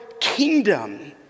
kingdom